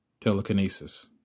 Telekinesis